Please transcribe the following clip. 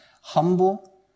humble